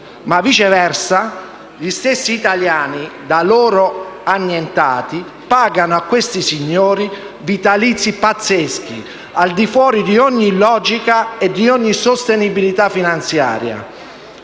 ma viceversa gli stessi italiani, da loro annientati, pagano a questi signori vitalizi pazzeschi, al di fuori di ogni logica e di ogni sostenibilità finanziaria.